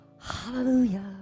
Hallelujah